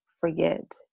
forget